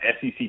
SEC